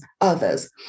others